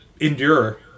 endure